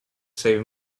save